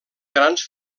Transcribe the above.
grans